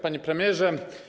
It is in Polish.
Panie Premierze!